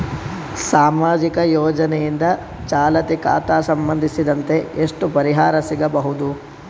ಸಾಮಾಜಿಕ ಯೋಜನೆಯಿಂದ ಚಾಲತಿ ಖಾತಾ ಸಂಬಂಧಿಸಿದಂತೆ ಎಷ್ಟು ಪರಿಹಾರ ಸಿಗಬಹುದು?